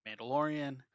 Mandalorian